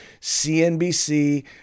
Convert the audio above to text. CNBC